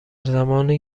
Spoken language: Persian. زمانی